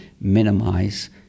minimize